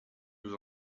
deux